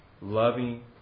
loving